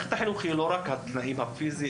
מערכת החינוך היא לא רק תנאים פיזיים